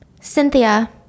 Cynthia